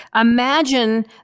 imagine